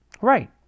Right